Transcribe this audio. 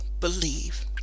believe